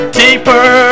deeper